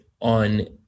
on